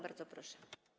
Bardzo proszę.